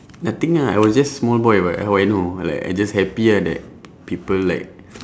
nothing ah I was just small boy [what] how I know like I just happy ah that people like